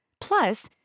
Plus